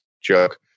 joke